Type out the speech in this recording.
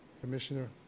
Commissioner